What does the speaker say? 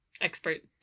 expert